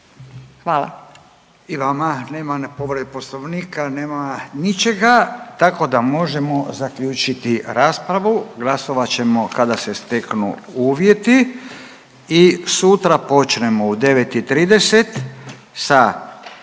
I vama. Nema povrede Poslovnika, nema ničega tako da možemo zaključiti raspravu. Glasovat ćemo kada se steknu uvjeti i sutra počinjemo u 9,30